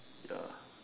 ya